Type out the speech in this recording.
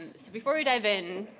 and so before we dive in,